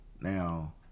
Now